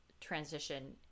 transition